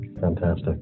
Fantastic